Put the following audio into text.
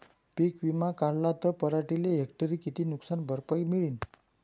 पीक विमा काढला त पराटीले हेक्टरी किती नुकसान भरपाई मिळीनं?